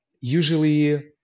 usually